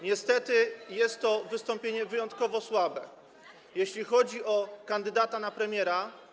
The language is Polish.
Niestety jest to wystąpienie wyjątkowo słabe, jeśli chodzi o kandydata na premiera.